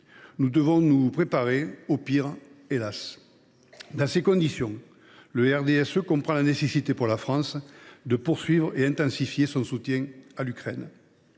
Nous devons, hélas !, nous préparer au pire. Dans ses conditions, le RDSE comprend la nécessité pour la France de poursuivre et intensifier son soutien à l’Ukraine.